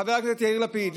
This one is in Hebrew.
חבר הכנסת יאיר לפיד,